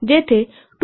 5exponent जेथे 2